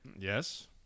yes